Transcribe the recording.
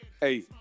Hey